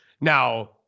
Now